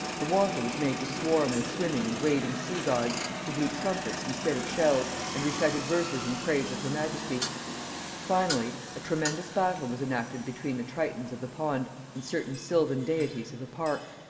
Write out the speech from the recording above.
the water was made to swarm with swimming and wading sea-gods, who blew trumpets instead of shells, and recited verses in praise of her majesty finally, a tremendous battle was enacted between the tritons of the pond and certain sylvan deities of the park,